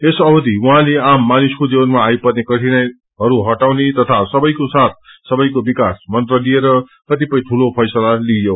यस अवधि उहाँले आम मानिसको जीवनमा आइपर्ने कठिनाईहरू हटाउने तथा सबैको साथ सबैको विकास मंत्र लिएर कतिपय ठूलो फैसला लिइयो